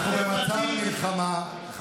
אתם הובלתם את הדגל החברתי.